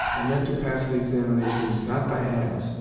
and meant to pass the examinations, not by halves,